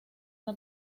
una